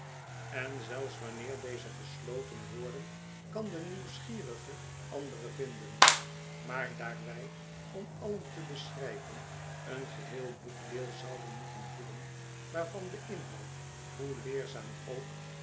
en zelfs wanneer deze gesloten worden kan de nieuwsgierige andere vinden maar daar wij om alien te beschrijven een geheel boekdeel zouden moeten vullen waarvan de inhoud hoe leerzaam ook